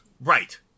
Right